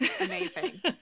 Amazing